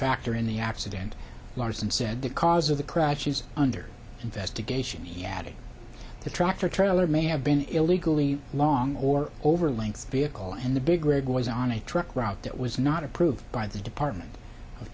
factor in the accident larson said the cause of the crash she's under investigation he added the tractor trailer may have been illegally long or overlength vehicle and the big red was on a truck route that was not approved by the department of